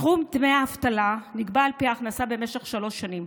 סכום דמי האבטלה נקבע על פי ההכנסה במשך שלוש שנים.